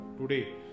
Today